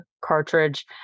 cartridge